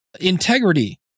integrity